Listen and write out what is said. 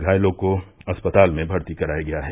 घायलों को अस्पताल में भर्ती कराया गया है